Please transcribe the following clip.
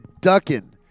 Ducking